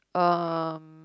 um